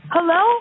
Hello